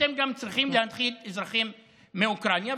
אתם גם צריכים להנחית אזרחים מאוקראינה,